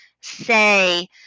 say